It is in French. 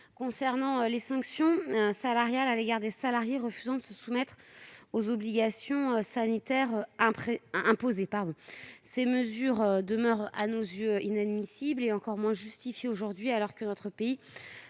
qui prévoit des sanctions à l'égard des salariés refusant de se soumettre aux obligations sanitaires. Ces mesures demeurent à nos yeux inadmissibles. Elles sont encore moins justifiées aujourd'hui, alors que notre pays